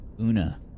Una